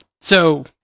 So-